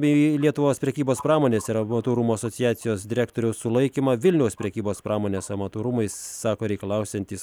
bei lietuvos prekybos pramonės ir amatų rūmų asociacijos direktoriaus sulaikymą vilniaus prekybos pramonės amatų rūmai sako reikalausiantys